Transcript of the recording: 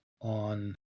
on